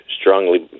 strongly